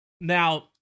Now